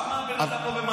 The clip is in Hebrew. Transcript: למה הבן אדם לא במעצר?